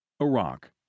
Iraq